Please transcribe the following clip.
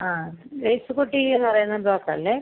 ആ ഗ്രേസിക്കുട്ടി എന്ന് പറയുന്ന ബ്രോക്കർ അല്ലേ